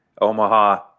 Omaha